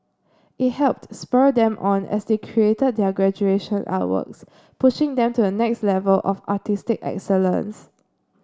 it helped spur them on as they created their graduation artworks pushing them to the next level of artistic excellence